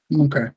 Okay